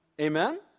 Amen